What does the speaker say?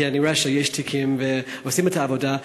כי אני רואה שיש תיקים ועושים את העבודה,